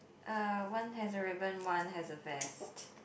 uh one has a ribbon one has a vest